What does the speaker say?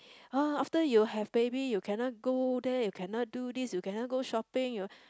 !ha! after you have baby you cannot go there you cannot do this you cannot go shopping you